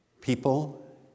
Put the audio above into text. people